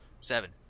Seven